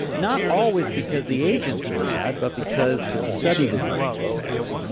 not always because the agents are bad but because the study designs were bad.